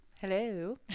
Hello